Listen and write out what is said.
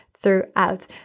throughout